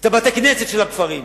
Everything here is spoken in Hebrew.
את בתי-הכנסת בכפרים.